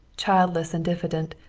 childless and diffident,